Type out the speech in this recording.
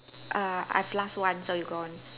err I've last one so you go on